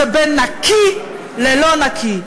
זה בין נקי ללא נקי,